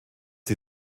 sie